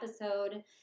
episode